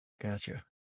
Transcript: Gotcha